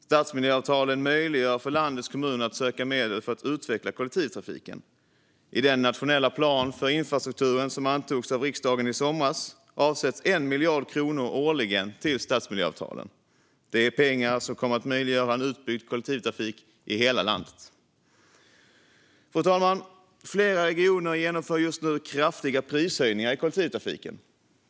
Stadsmiljöavtalen möjliggör för landets kommuner att söka medel för att utveckla kollektivtrafiken. I den nationella plan för infrastrukturen som antogs av riksdagen i somras avsätts 1 miljard kronor årligen till stadsmiljöavtalen. Det är pengar som kommer att möjliggöra utbyggd kollektivtrafik i hela landet. Fru talman! Flera regioner genomför just nu kraftiga prishöjningar i kollektivtrafiken.